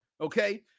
Okay